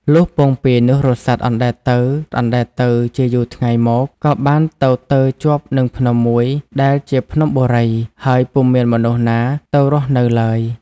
លុះពោងពាយនោះរសាត់អណ្តែតទៅៗ ជាយូរថ្ងៃមក ក៏បានទៅទើរជាប់នឹងភ្នំមួយដែលជាភ្នំបូរី ហើយពុំមានមនុស្សណាទៅរស់នៅឡើយ។